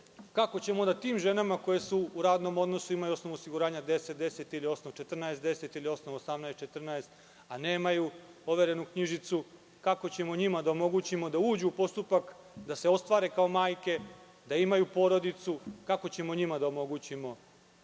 kako ćemo tim ženama koje su u radnom odnosu, imaju osnovu osiguranja 1010 ili osnov 1410 ili osnov 1814, a nemaju overenu knjižicu, kako ćemo njima da omogućimo da uđu u postupak, da se ostvare kao majke, da imaju porodicu? Kako ćemo njima da omogućimo